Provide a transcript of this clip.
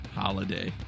holiday